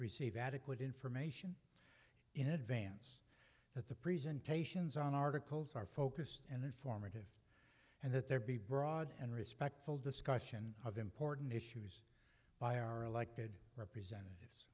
receive adequate information in advance that the presentations on articles are focused and informative and that there be broad and respectful discussion of important issues by our elected r